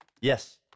yes